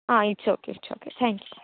ಹಾಂ it's okay it's okay thank you